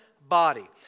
body